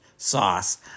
sauce